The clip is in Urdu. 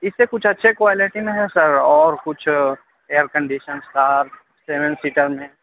اِس سے کچھ اچھے کوالٹی میں ہے سر اور کچھ air condition car seven seater میں